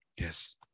Yes